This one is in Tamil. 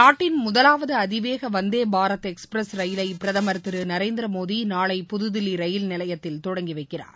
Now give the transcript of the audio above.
நாட்டின் முதலாவது அதிவேக வந்தே பாரத் எக்ஸ்பிரஸ் ரயிலை பிரதமர் திரு நரேந்திரமோடி நாளை புதுதில்லி ரயில் நிலையத்தில் தொடங்கி வைக்கிறார்